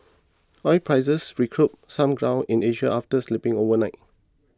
oil prices recouped some ground in Asia after slipping overnight